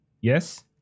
Yes